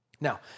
Now